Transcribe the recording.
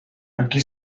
aquí